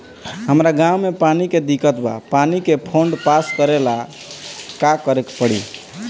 हमरा गॉव मे पानी के दिक्कत बा पानी के फोन्ड पास करेला का करे के पड़ी?